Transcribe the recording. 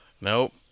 nope